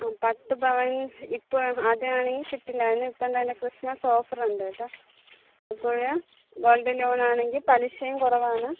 പത്ത് പവന് ഇപ്പോൾ ആതാണെങ്കിൽ കിട്ടില്ല ഇപ്പം തന്നെ ക്രിസ്മസ് ഓഫറുണ്ട് കേട്ടോ ഇപ്പോൾ ഗോൾഡ് ലോണാണെങ്കിൽ പലിശയും കുറവാണ്